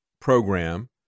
program